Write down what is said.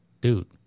Dude